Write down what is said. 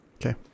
Okay